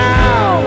now